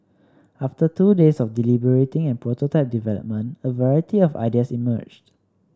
after two days of deliberating and prototype development a variety of ideas emerged